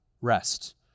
rest